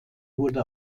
wurde